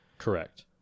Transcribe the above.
correct